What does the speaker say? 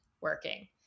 working